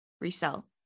resell